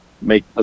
make